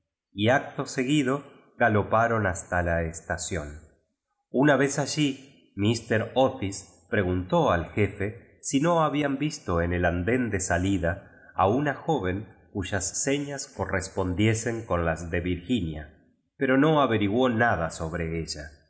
y acto seguido ga loparon basta la es tación una vez allí mister otis preguntó al jefe si no habían horrible animal c n colas de lumirtim y de ojaxon multóte parpavisto en el anden de dearon maliciosamente salida a una joven cuyas señas correspondie sen con las le vir ginia pero no averiguó nada sobre ella